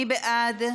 מי בעד?